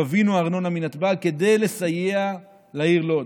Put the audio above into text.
גבינו ארנונה מנתב"ג כדי לסייע לעיר לוד,